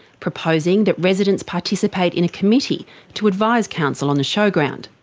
proposing that residents participate in a committee to advise council on the showground.